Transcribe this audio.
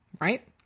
right